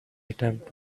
attempt